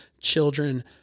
children